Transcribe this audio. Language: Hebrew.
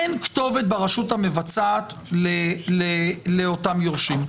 אין כתובת ברשות המבצעת לאותם יורשים.